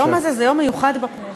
היום הזה הוא יום מיוחד בכנסת.